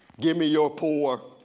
give me your poor.